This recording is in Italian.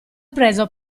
preso